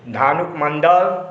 Dhanuk Mandal